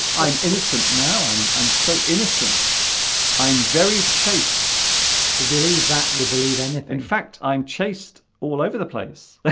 i'm innocent now i'm i'm so innocent i'm very chaste we believe that you'll believe anything fact i'm chased all over the place